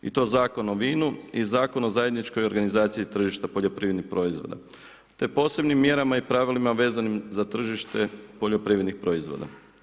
I to Zakonom o vinu i Zakon o zajedničkoj organizaciji tržišta poljoprivrednih proizvoda te posebnim mjerama i pravilima vezanim za tržište poljoprivrednih proizvoda.